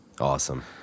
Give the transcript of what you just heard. awesome